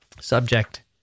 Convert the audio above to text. Subject